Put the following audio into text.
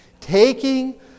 Taking